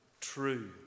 true